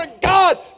God